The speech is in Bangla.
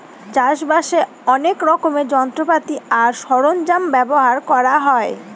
চাষ বাসে অনেক রকমের যন্ত্রপাতি আর সরঞ্জাম ব্যবহার করা হয়